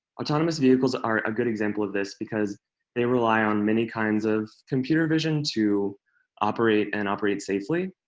autonomous vehicles are a good example of this because they rely on many kinds of computer vision to operate and operate safely.